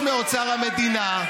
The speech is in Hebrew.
חוץ מאוצר המדינה,